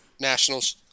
Nationals